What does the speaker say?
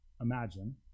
imagine